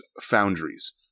foundries